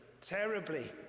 terribly